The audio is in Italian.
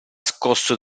scosso